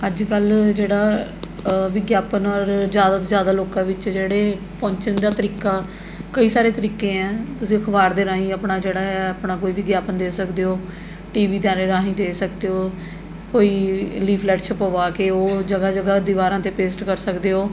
ਅੱਜ ਕੱਲ੍ਹ ਜਿਹੜਾ ਵਿਗਿਆਪਨ ਔਰ ਜ਼ਿਆਦਾ ਤੋਂ ਜ਼ਿਆਦਾ ਲੋਕਾਂ ਵਿੱਚ ਜਿਹੜੇ ਪਹੁੰਚਣ ਦਾ ਤਰੀਕਾ ਕਈ ਸਾਰੇ ਤਰੀਕੇ ਹੈ ਤੁਸੀਂ ਅਖਬਾਰ ਦੇ ਰਾਹੀਂ ਆਪਣਾ ਜਿਹੜਾ ਹੈ ਆਪਣਾ ਕੋਈ ਵਿਗਿਆਪਨ ਦੇ ਸਕਦੇ ਹੋ ਟੀ ਵੀ ਚੈਨਲ ਰਾਹੀਂ ਦੇ ਸਕਦੇ ਹੋ ਕੋਈ ਲੀਫਲੈਟ ਛਪਵਾ ਕੇ ਉਹ ਜਗ੍ਹਾ ਜਗ੍ਹਾ ਦੀਵਾਰਾਂ 'ਤੇ ਪੇਸਟ ਕਰ ਸਕਦੇ ਹੋ